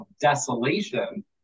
desolation